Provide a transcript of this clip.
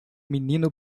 menino